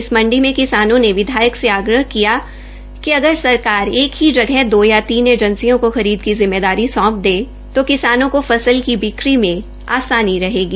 इस मंडी में किसानों ने विधायक से आग्रह कि अगर सरकार एक ही जगह दो या तीन एजेसियों की खरद की जिम्मेदारी सौंप दे तो किसानों को फसल की बिक्री में आसानी रहेगी